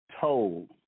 told